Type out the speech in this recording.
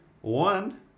one